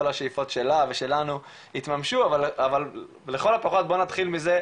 השאיפות שלה ושלנו יתממשו אבל לכל הפחות בוא נתחיל מזה,